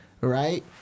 Right